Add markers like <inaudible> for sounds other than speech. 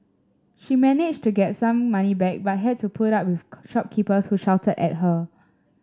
she managed to get some money back but had to put up with <unintelligible> shopkeepers who shouted at her